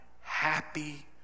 happy